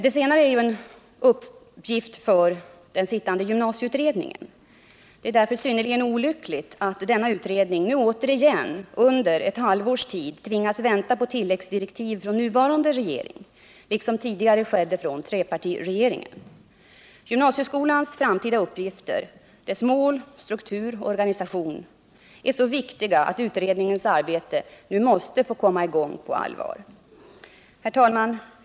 Det senare är en uppgift för den sittande gymnasieutredningen. Det är därför synnerligen olyckligt att denna utredning nu återigen under ett halvt års tid tvingas vänta på tilläggsdirektiv från den nuvarande regeringen liksom man tidigare fick göra när det gällde trepartiregeringen. Gymnasieskolans framtida uppgifter, dess mål, struktur och organisation, är så viktiga att utredningens arbete nu måste få komma i gång på allvar. Herr talman!